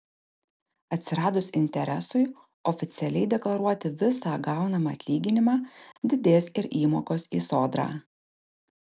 atsiradus interesui oficialiai deklaruoti visą gaunamą atlyginimą didės ir įmokos į sodrą